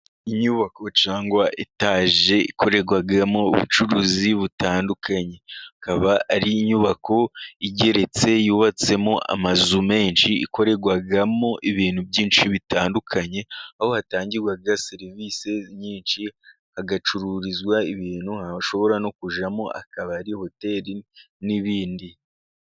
Inyubako cyangwa etaje ikorerwamo ubucuruzi butandukanye. Ikaba ari inyubako igeretse, yubatsemo amazu menshi ikorerwamo ibintu byinshi bitandukanye, aho hatangirwa serivisi nyinshi, hagacururizwa ibintu hashobora no kujyamo akabari hoteli n'ibindi.